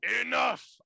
Enough